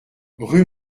rue